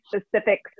specific